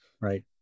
right